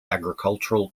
agricultural